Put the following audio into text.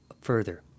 further